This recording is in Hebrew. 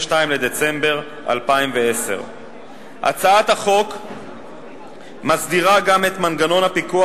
בדצמבר 2010. הצעת החוק מסדירה גם את מנגנון הפיקוח